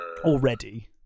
already